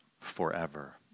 forever